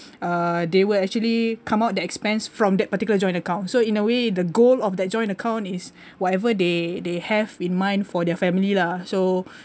uh they will actually come out the expense from that particular joint account so in a way the goal of that joint account is whatever they they have in mind for their family lah so